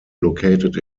located